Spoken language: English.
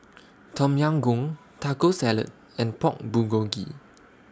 Tom Yam Goong Taco Salad and Pork Bulgogi